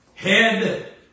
Head